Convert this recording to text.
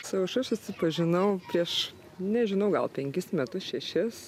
su aušra susipažinau prieš nežinau gal penkis metus šešis